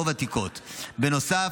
בנוסף,